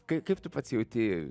kaip kaip tu pats jauti